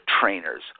trainers